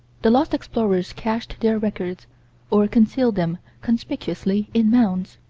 the lost explorers cached their records or concealed them conspicuously in mounds.